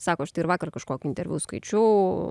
sako štai ir vakar kažkokį interviu skaičiau